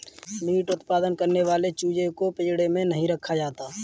meet उत्पादन करने वाले चूजे को पिंजड़े में नहीं रखा जाता